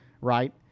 right